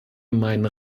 meinen